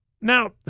Now